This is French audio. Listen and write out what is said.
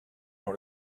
dans